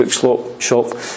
bookshop